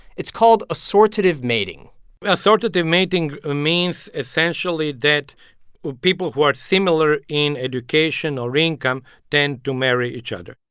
it's called assortative mating assortative mating means, essentially, that people who are similar in education or income tend to marry each other.